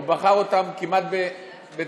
הוא בחר אותם כמעט בצלמו.